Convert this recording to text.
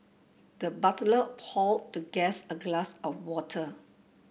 the butler poured the guest a glass of water